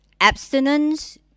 abstinence